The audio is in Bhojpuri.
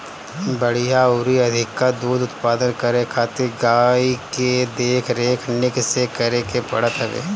बढ़िया अउरी अधिका दूध उत्पादन करे खातिर गाई के देख रेख निक से करे के पड़त हवे